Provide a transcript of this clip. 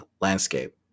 landscape